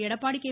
Edappadi K